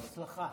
בהצלחה.